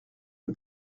une